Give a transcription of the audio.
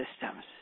systems